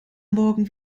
morgen